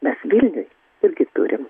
mes vilniuj irgi turim